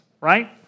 right